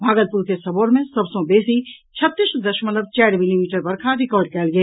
भागलपुर के सबौर मे सभ सॅ बेसी छत्तीस दशमलव चारि मिलीमीटर वर्षा रिकार्ड कयल गेल